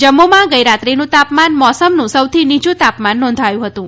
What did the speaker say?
જમ્મુમાં ગઇરાત્રીનું તાપમાન મોસમનું સૌથી નીચું તાપમાન નોધાયું હતુ